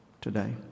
today